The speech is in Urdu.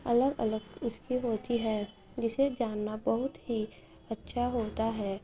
الگ الگ اس کی ہوتی ہیں جسے جاننا بہت ہی اچھا ہوتا ہے